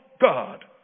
God